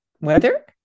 weather